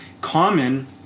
common